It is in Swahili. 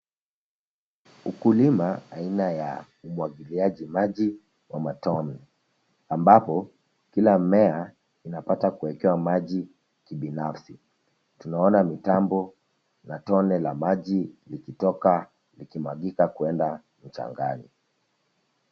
Ukulima aina ya umwagiliaji maji kwa matone ambapo kila mmea inapata kuekewa maji kibinafsi. Tunaona mitambo la tone la maji ikitoka ikimwagika kuenda mchangani.